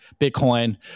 Bitcoin